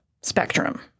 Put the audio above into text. spectrum